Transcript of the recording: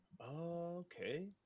Okay